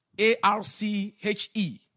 A-R-C-H-E